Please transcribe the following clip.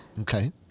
Okay